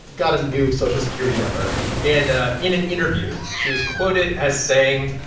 got a new social security number and in an interview, she was quoted as saying,